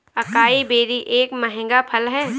acai berry एक महंगा फल है